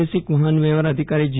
પ્રાદેશિક વાહન વ્યવહાર અધિકારી જી